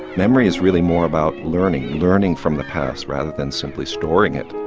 memory is really more about learning, learning from the past rather than simply storing it.